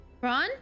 Ron